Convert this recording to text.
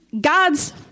God's